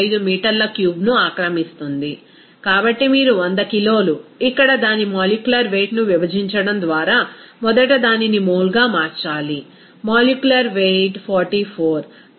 415 మీటర్ల క్యూబ్ను ఆక్రమిస్తుంది కాబట్టి మీరు 100 కిలోలు ఇక్కడ దాని మాలిక్యులర్ వెయిట్ ను విభజించడం ద్వారా మొదట దానిని మోల్గా మార్చాలి మాలిక్యులర్ వెయిట్ 44